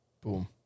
Boom